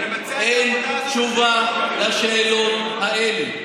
אין תשובה לשאלות האלה.